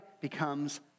becomes